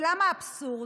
ולמה אבסורד?